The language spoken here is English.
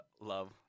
Love